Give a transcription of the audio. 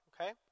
okay